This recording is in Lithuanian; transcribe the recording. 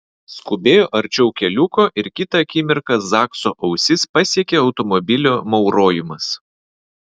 skubėjo arčiau keliuko ir kitą akimirką zakso ausis pasiekė automobilio maurojimas